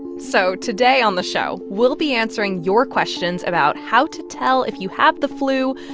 and so today on the show, we'll be answering your questions about how to tell if you have the flu,